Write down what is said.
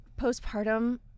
postpartum